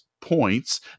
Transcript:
points